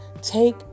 Take